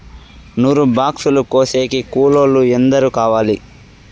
నూరు బాక్సులు కోసేకి కూలోల్లు ఎందరు కావాలి?